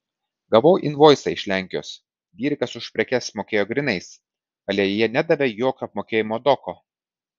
gavau invoisą iš lenkijos dirikas už prekes mokėjo grynais ale jie nedavė jokio apmokėjimo doko